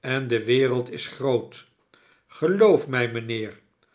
en de wereld is groot geloof mij rnijnheer